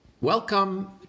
Welcome